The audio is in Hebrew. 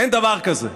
אין דבר כזה.